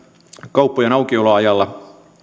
kauppojen aukioloajalla